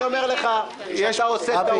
אני אומר לך שאתה עושה טעות.